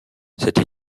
cette